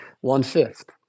one-fifth